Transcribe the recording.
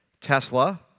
Tesla